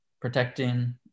protecting